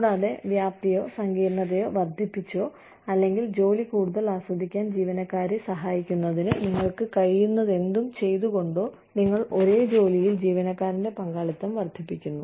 കൂടാതെ വ്യാപ്തിയോ സങ്കീർണ്ണതയോ വർദ്ധിപ്പിച്ചോ അല്ലെങ്കിൽ ജോലി കൂടുതൽ ആസ്വദിക്കാൻ ജീവനക്കാരനെ സഹായിക്കുന്നതിന് നിങ്ങൾക്ക് കഴിയുന്നതെന്തും ചെയ്തുകൊണ്ടോ നിങ്ങൾ ഒരേ ജോലിയിൽ ജീവനക്കാരന്റെ പങ്കാളിത്തം വർദ്ധിപ്പിക്കുന്നു